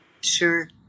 Sure